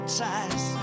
ties